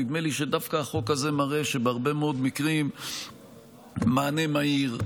נדמה לי שדווקא החוק הזה מראה שבהרבה מאוד מקרים מענה מהיר,